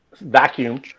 vacuum